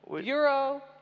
Euro